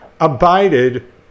abided